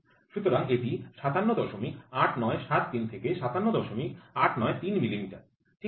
সুতরাং এটি ৫৭৮৯৭৩ থেকে ৫৭৮৯৩৯ মিলিমিটার ঠিক আছে